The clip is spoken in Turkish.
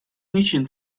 niçin